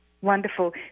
Wonderful